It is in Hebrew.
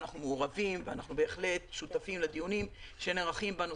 אנחנו מעורבים ואנחנו בהחלט שותפים לדיונים שנערכים בנושא.